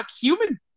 human